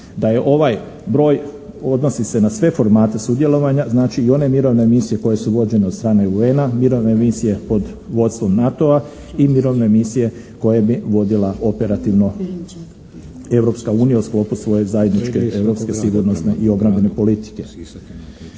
da je ovaj broj odnosi se na sve formate sudjelovanja, znači i one mirovne misije koje su vođene od strane UN-a, mirovine misije pod vodstvom NATO-a i mirovne misije koje bi vodila operativno Europska unija u sklopu svoje zajedničke europske sigurnosne i obrambene politike.